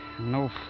No